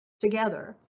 together